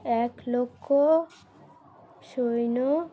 এক লক্ষ সৈন্য